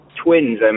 Twins